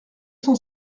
cent